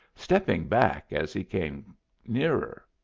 stepping back as he came nearer.